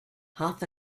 half